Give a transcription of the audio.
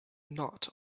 not